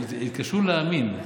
יתקשו להאמין.